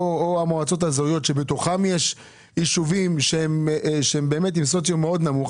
או המועצות האזוריות שבתוכם יש ישובים שהם באמת עם סוציו מאוד נמוך,